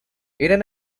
eran